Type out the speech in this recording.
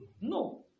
no